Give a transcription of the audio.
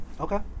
Okay